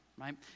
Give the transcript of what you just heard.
right